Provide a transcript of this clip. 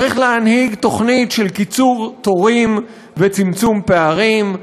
צריך להנהיג תוכנית של קיצור תורים וצמצום פערים,